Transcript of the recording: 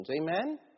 Amen